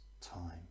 time